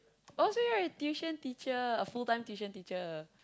oh so you are a tuition teacher a full-time tuition teacher